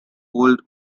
hold